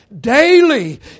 Daily